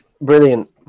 brilliant